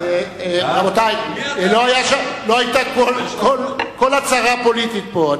רבותי, לא היתה כל הצהרה פוליטית פה.